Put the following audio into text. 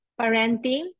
Parenting